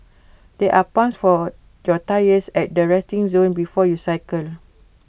there are pumps for your tyres at the resting zone before you cycle